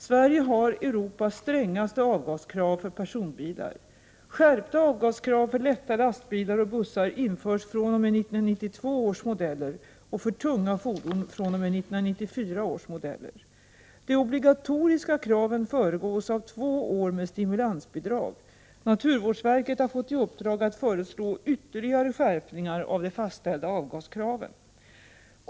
Sverige har Europas strängaste avgaskrav för personbilar. Skärpta avgaskrav för lätta lastbilar och bussar införs fr.o.m. 1992 års modeller och för tunga fordon fr.o.m. 1994 års modeller. De obligatoriska kraven föregås av två år med stimulansbidrag. Naturvårdsver ket har fått i uppdrag att föreslå ytterligare skärpningar av de fastställda avgaskraven.